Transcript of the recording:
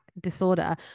disorder